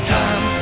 time